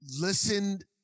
listened